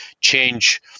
change